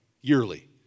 yearly